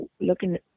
looking